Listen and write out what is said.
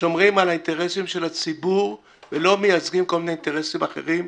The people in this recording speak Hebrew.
שומרים על האינטרסים של הציבור ולא מייצגים כל מיני אינטרסים אחרים,